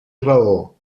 raó